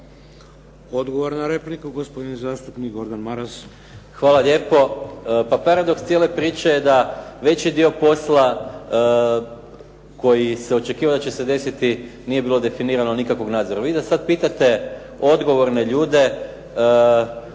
Odgovor na repliku, gospodin zastupnik Gordan Maras. **Maras, Gordan (SDP)** Hvala lijepo. Pa paradoks cijele priče je da veći dio posla koji se očekivao da će se desiti nije bilo definiranog nikakvog nadzora. Vi da sad pitate odgovorne ljude